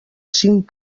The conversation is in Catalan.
cinc